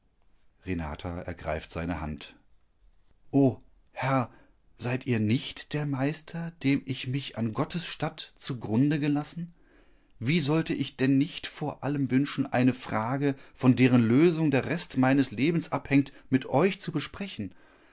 renata ergreift seine hand o herr seid ihr nicht der meister dem ich mich an gottes statt zu grunde gelassen wie sollte ich denn nicht vor allem wünschen eine frage von deren lösung der rest meines lebens abhängt mit euch zu besprechen